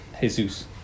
Jesus